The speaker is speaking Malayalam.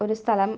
ഒരു സ്ഥലം